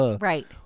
Right